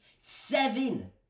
Seven